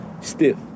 stiff